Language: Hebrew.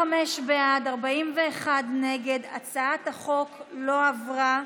25 בעד, 41 נגד, הצעת החוק לא עברה.